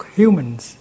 humans